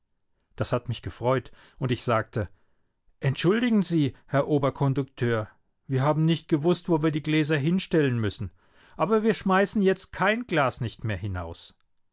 das hat mich gefreut und ich sagte entschuldigen sie herr oberkondukteur wir haben nicht gewußt wo wir die gläser hinstellen müssen aber wir schmeißen jetzt kein glas nicht mehr hinaus